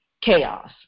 chaos